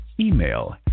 Email